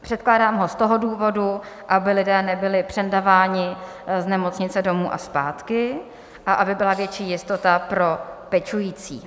Předkládám ho z toho důvodu, aby lidé nebyli přendáváni z nemocnice domů a zpátky a aby byla větší jistota pro pečující.